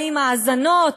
האם האזנות?